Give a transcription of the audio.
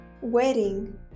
Wedding